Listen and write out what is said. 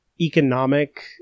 economic